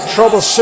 Trouble